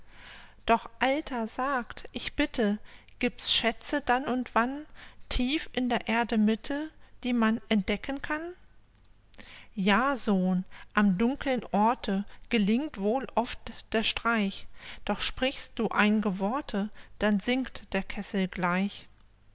doch alter sagt ich bitte gibt's schätze dann und wann tief in der erde mitte die man entdecken kann ja sohn am dunkeln orte gelingt wohl oft der streich doch sprichst du ein'ge worte dann sinkt der kessel gleich